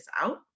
out